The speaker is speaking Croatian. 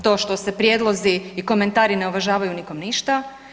To što se prijedlozi i komentari ne uvažavaju, nikom ništa.